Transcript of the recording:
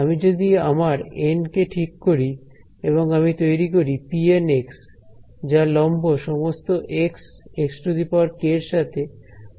আমি যদি আমার এন কে ঠিক করি এবং আমি তৈরি করি pN যা লম্ব সমস্ত xxk এর সাথে